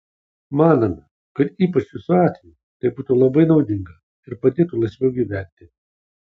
manome kad ypač jūsų atveju tai būtų labai naudinga ir padėtų laisviau gyventi